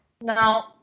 no